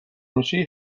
میشی